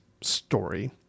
story